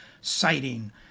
citing